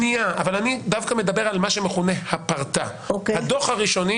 אני מדבר דווקא על מה שמכונה "הפרטה" הדו"ח הראשוני